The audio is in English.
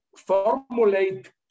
formulate